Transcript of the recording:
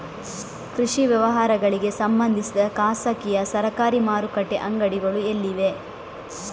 ಕೃಷಿ ವ್ಯವಹಾರಗಳಿಗೆ ಸಂಬಂಧಿಸಿದ ಖಾಸಗಿಯಾ ಸರಕಾರಿ ಮಾರುಕಟ್ಟೆ ಅಂಗಡಿಗಳು ಎಲ್ಲಿವೆ?